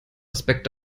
aspekt